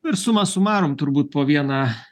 ir suma sumarum turbūt po vieną